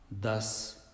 thus